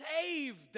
saved